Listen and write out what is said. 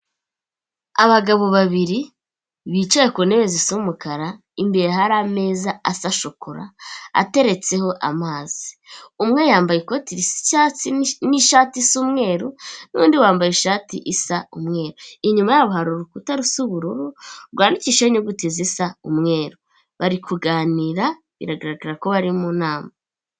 Abagabo babiri bicaye ku ntebe zisa umukara, imbere hari ameza asa shokora ateretseho amazi, umwe yambaye ikoti risa icyatsi n'ishati isa umweru, n'undi wambaye ishati isa umweru, inyuma yabo hari urukuta rusa ubururu rwandikishijeho inyuguti zisa umweru, bari kuganira, biragaragara ko bari mu nama.